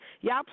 Y'all